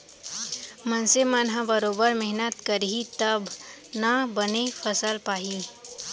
मनसे मन ह बरोबर मेहनत करही तब ना बने फसल पाही